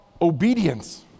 obedience